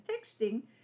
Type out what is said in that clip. texting